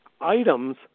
items